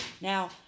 Now